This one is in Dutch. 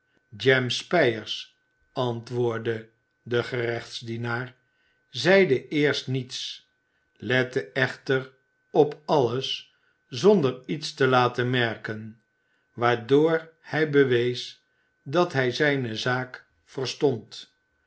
jem spyers antwoordde de gerechtsdienaar zeide eerst niets lette echter op alles zonder iets te laten merken waardoor hij bewees dat hij zijne zaak verstond